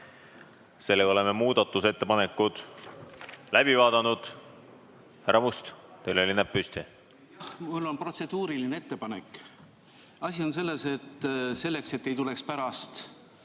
toetust. Oleme muudatusettepanekud läbi vaadanud. Härra Must, teil oli näpp püsti. Mul on protseduuriline ettepanek. Asi on selles, et selleks, et ei tuleks pärast